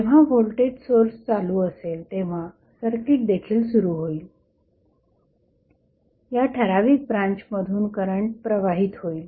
जेव्हा voltage source चालू असेल तेव्हा सर्किट देखील सुरू होईल या ठराविक ब्रांचमधून करंट प्रवाहित होईल